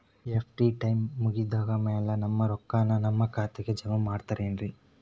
FD time ಮುಗಿದಾದ್ ಮ್ಯಾಲೆ ನಮ್ ರೊಕ್ಕಾನ ನಮ್ ಖಾತೆಗೆ ಜಮಾ ಮಾಡ್ತೇರೆನ್ರಿ?